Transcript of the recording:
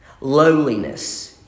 lowliness